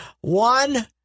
One